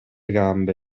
gambe